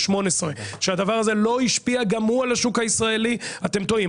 2018 שהדבר הזה לא השפיע גם הוא על השוק הישראלי אתם טועים.